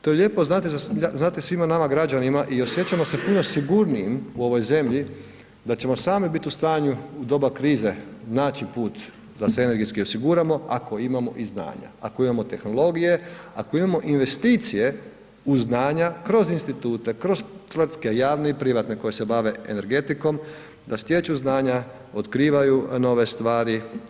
To je lijepo znati, znate svima nama građanima i osjećamo se puno sigurnijim u ovoj zemlji da ćemo samo biti u stanju u doba krize naći put da se energetski osiguramo ako imamo i znanja, ako imamo tehnologije, ako imamo investicije u znanja kroz institute, kroz tvrtke javne i privatne koje se bave energetikom, da stječu znanja, otkrivaju nove stvari.